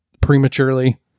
prematurely